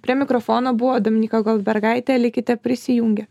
prie mikrofono buvo dominyka goldbergaitė likite prisijungę